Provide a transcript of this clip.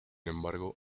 embargo